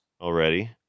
already